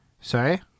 Sorry